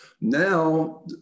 Now